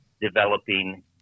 developing